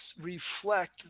reflect